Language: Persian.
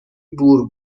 بور